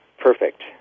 perfect